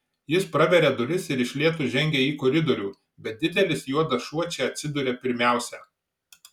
jis praveria duris ir iš lėto žengia į koridorių bet didelis juodas šuo čia atsiduria pirmiausia